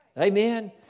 Amen